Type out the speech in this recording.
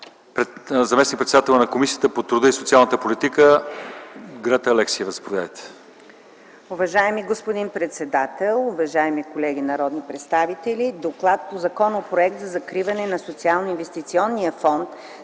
заместник-председателя на Комисията по труда и социалната политика Геновева Алексиева. Заповядайте.